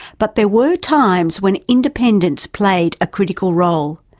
but there were times when independents played a critical role,